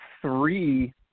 three